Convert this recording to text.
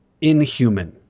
inhuman